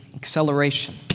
Acceleration